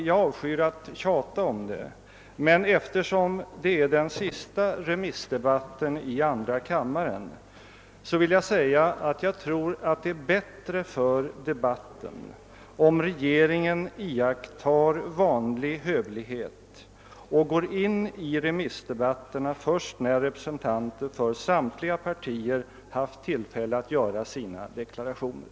Jag avskyr att tjata, herr talman, men eftersom detta är den sista remissdebatten i andra kammaren vill jag säga att jag tror det är bättre för debatten om regeringen iakttar vanlig hövlighet och går in i debatten först när representanter för samtliga partier har haft tillfälle att göra sina deklarationer.